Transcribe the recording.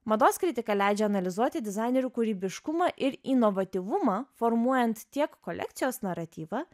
mados kritika leidžia analizuoti dizainerių kūrybiškumą ir inovatyvumą formuojant tiek kolekcijos naratyvą